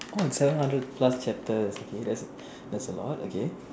or seven hundred plus chapters okay that's that's a lot okay